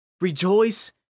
Rejoice